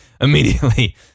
immediately